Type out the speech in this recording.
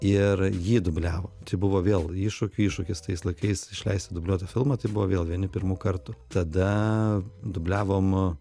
ir jį dubliavo čia buvo vėl iššūkių iššūkis tais laikais išleisti dubliuotą filmą tai buvo vėl vieni pirmų kartų tada dubliavom